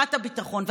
ותחושת הביטחון,